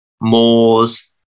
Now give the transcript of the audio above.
moors